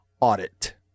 audit